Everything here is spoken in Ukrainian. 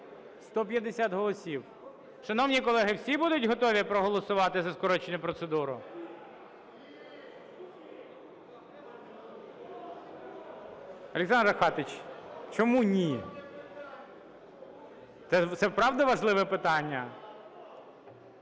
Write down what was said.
150 голосів. Шановні колеги, всі будуть готові проголосувати за скорочену процедуру? Олександр Рафкатович, чому ні? Це правда важливе питання.